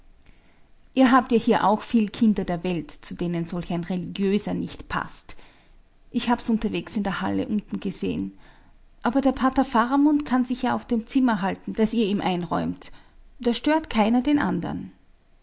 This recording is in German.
ihr habt ja hier auch viel kinder der welt zu denen solch ein religioser nicht paßt ich hab's unterwegs in der halle unten gesehen aber der pater faramund kann sich ja auf dem zimmer halten das ihr ihm einräumt da stört keiner den andern